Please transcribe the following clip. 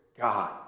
God